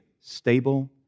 stable